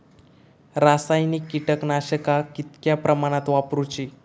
रासायनिक कीटकनाशका कितक्या प्रमाणात वापरूची?